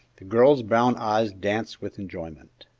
the girl's brown eyes danced with enjoyment.